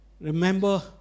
Remember